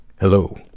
Hello